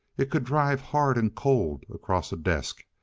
it could drive hard and cold across a desk,